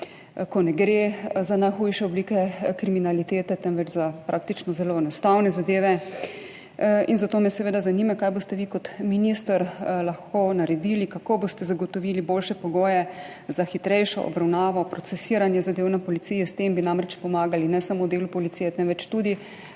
ko ne gre za najhujše oblike kriminalitete, temveč za praktično zelo enostavne zadeve? Kaj boste vi kot minister lahko naredili, kako boste zagotovili boljše pogoje za hitrejšo obravnavo, procesiranje zadev na policiji? S tem bi namreč pomagali ne samo delu policije, temveč tudi